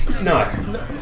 No